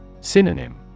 Synonym